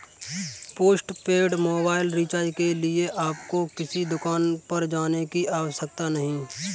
postpaid mobile recharge के लिए आपको किसी दुकान पर जाने की आवश्यकता नहीं है